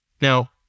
Now